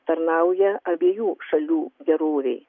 tarnauja abiejų šalių gerovei